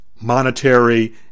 monetary